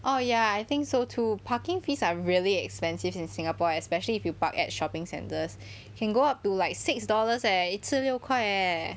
oh ya I think so too parking fees are really expensive in singapore especially if you park at shopping centres can go up to like six dollars eh 一次六块 eh